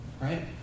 right